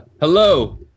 Hello